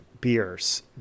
beers